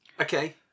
okay